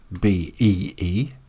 B-E-E